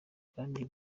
kandi